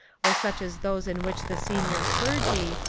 or such as those in which the senior clergy,